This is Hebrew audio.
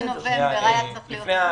ב-9 בנובמבר זה היה צריך להיות כאן.